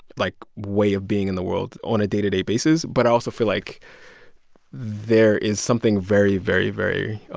like, way of being in the world on a day-to-day basis. but i also feel like there is something very, very, very